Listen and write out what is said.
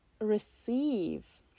receive